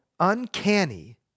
uncanny